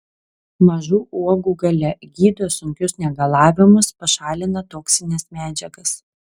mažų uogų galia gydo sunkius negalavimus pašalina toksines medžiagas